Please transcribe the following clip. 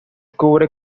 cubre